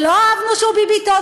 ולא אהבנו שהוא "ביביתון",